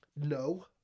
no